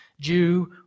Jew